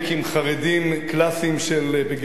חרדים קלאסיים בגרמניה,